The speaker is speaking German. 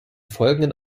folgenden